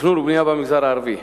תכנון ובנייה במגזר הערבי,